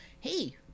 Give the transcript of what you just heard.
Hey